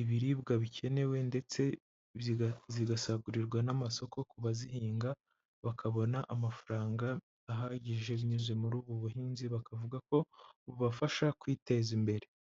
ibiribwa bikenewe ndetse zigasagurirwa n'amasoko ku bazihinga bakabona amafaranga ahagije binyuze muri ubu buhinzi bakavuga ko bubafasha kwiteza imbere.